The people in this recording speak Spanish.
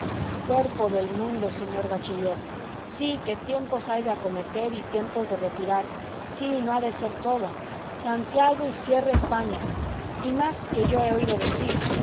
cuerpo del mundo señor bachiller sí que tiempos hay de acometer y tiempos de retirar sí no ha de ser todo santiago y cierra españa y más que yo he oído decir